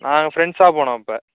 நாங்கள் ஃபிரெண்ட்ஸாக போனோம் அப்போ